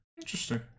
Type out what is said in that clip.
interesting